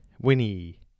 Winnie